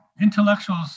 intellectuals